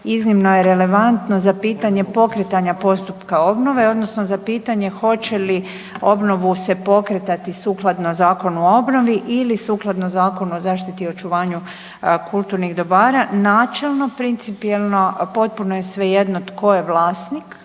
iznimno je relevantno za pitanje pokretanja postupka obnove odnosno za pitanje hoće li obnovu se pokretati sukladno Zakonu o obnovi ili sukladno Zakonu o zaštiti i očuvanju kulturnih dobara, načelno principijelno potpuno je svejedno tko je vlasnik